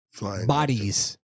bodies